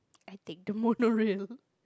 I think the monorail